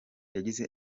yagize